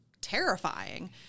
terrifying